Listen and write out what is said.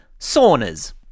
saunas